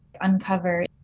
uncover